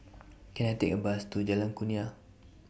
Can I Take A Bus to Jalan Kurnia